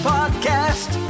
Podcast